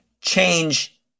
change